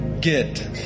get